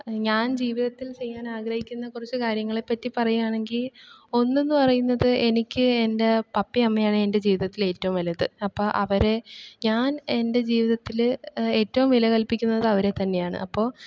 ഞാൻ ജീവിതത്തിൽ ചെയ്യാൻ ആഗ്രഹിക്കുന്ന കുറച്ചു കാര്യങ്ങളെപ്പറ്റി പറയുവാണെങ്കില് ഒന്നെന്ന് പറയുന്നത് എനിക്ക് എൻറെ പപ്പയും അമ്മയുമാണ് എൻറെ ജീവിതത്തിലേറ്റവും വലുത് അപ്പോള് അവരെ ഞാൻ എൻറെ ജീവിതത്തില് ഏറ്റവും വില കൽപ്പിക്കുന്നത് അവരെ തന്നെയാണ് അപ്പോള്